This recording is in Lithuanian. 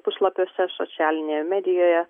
puslapiuose socialinėje medijoje